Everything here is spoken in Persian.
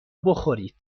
بخورید